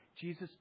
Jesus